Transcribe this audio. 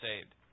saved